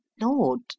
Lord